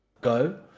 go